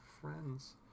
Friends